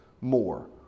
more